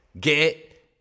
get